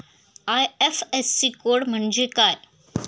IFSC code म्हणजे काय?